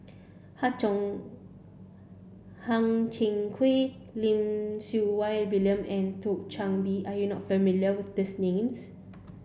Chang Hang Chang Chieh Lim Siew Wai William and Thio Chan Bee are you not familiar with these names